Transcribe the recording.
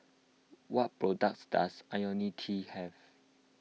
what products does Ionil T have